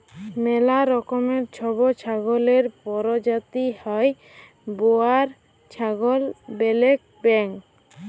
ম্যালা রকমের ছব ছাগলের পরজাতি হ্যয় বোয়ার ছাগল, ব্যালেক বেঙ্গল